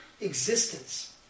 existence